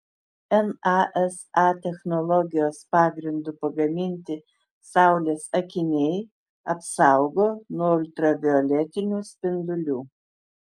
nasa technologijos pagrindu pagaminti saulės akiniai apsaugo nuo ultravioletinių spindulių